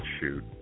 shoot